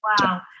Wow